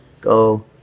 Go